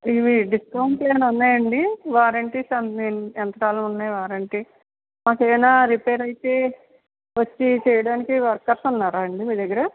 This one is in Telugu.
ఇవి డిస్కౌంట్ ఏమన్నా ఉన్నాయా అండి వారంటీస్ ఏమన్నా ఎంత కాలం ఉన్నాయ్ వారంటీ మాకేమన్నా రిపేర్ అయితే వచ్చి చేయడానికి వర్కర్స్ ఉన్నారా అండి మీ దగ్గర